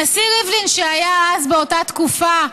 הנשיא ריבלין, שהיה אז, באותה תקופה,